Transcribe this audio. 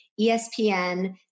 ESPN